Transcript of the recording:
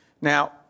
Now